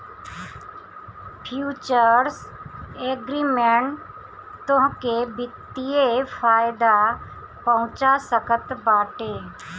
futures agreement तोहके वित्तीय फायदा पहुंचा सकत बाटे